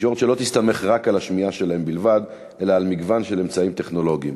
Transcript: תקשורת שלא תסתמך רק על השמיעה שלהם אלא על מגוון של אמצעים טכנולוגיים.